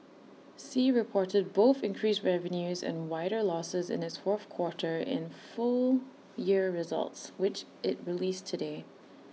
sea reported both increased revenues and wider losses in its fourth quarter and full year results which IT released today